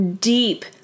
deep